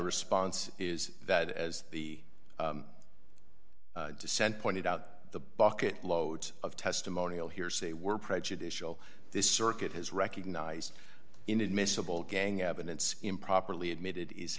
response is that as the dissent pointed out the bucket loads of testimonial hearsay were prejudicial this circuit has recognized inadmissible gang evidence improperly admitted is